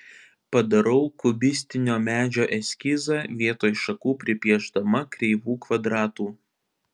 padarau kubistinio medžio eskizą vietoj šakų pripiešdama kreivų kvadratų